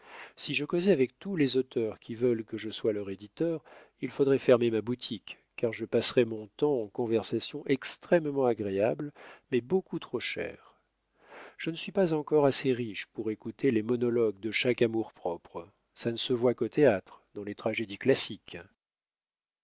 si je causais avec tous les auteurs qui veulent que je sois leur éditeur il faudrait fermer ma boutique car je passerais mon temps en conversations extrêmement agréables mais beaucoup trop chères je ne suis pas encore assez riche pour écouter les monologues de chaque amour-propre ça ne se voit qu'au théâtre dans les tragédies classiques